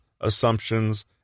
assumptions